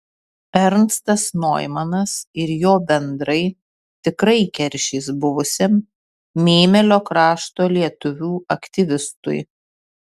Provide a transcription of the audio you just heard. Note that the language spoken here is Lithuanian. ernstas noimanas ir jo bendrai tikrai keršys buvusiam mėmelio krašto lietuvių aktyvistui